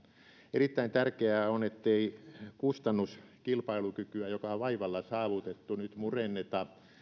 erittäin tärkeää on ettei kustannuskilpailukykyä joka on vaivalla saavutettu nyt murenneta